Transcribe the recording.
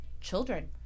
children